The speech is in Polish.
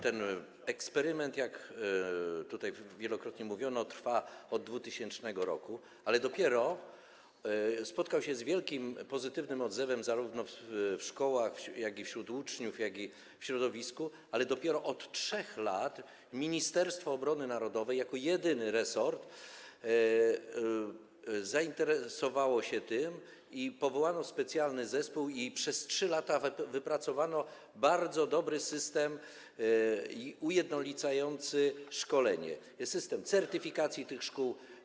Ten eksperyment, jak tutaj wielokrotnie mówiono, trwa od 2000 r., spotkał się z wielkim pozytywnym odzewem zarówno w szkołach, jak i wśród uczniów oraz w środowisku, ale dopiero 3 lata temu Ministerstwo Obrony Narodowej jako jedyny resort zainteresowało się tym, powołano specjalny zespół i przez 3 lata wypracowano bardzo dobry system ujednolicający szkolenie, system certyfikacji tych szkół.